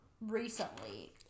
recently